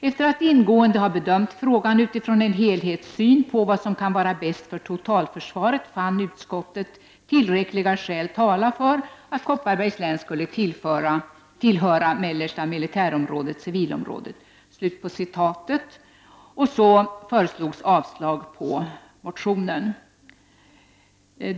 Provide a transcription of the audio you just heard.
Efter att ingående ha bedömt frågan utifrån en helhetssyn på vad som kan vara bäst för totalförsvaret fann utskottet tillräck liga skäl tala för att Kopparbergs län skulle tillhöra Mellersta militärområdet/civilområdet.” Vidare föreslår man riksdagen att avslå motionen.